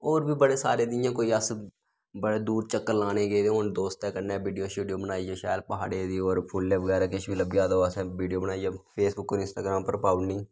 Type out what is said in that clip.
होर बी बड़े सारे दियां जियां अस बड़ी दूर चक्कर लाने गी गेदे होन दोस्तै कन्नै वीडियो शीडियो बनाइयै शैल प्हाड़े दी होर फुल्ल बगैरा किश बी लब्भी जा ते ओह् असें वीडियो बनाइयै फेसबुक ते इंस्टाग्राम उप्पर पाऊ उड़नी